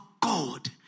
God